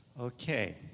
Okay